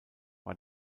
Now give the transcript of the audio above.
war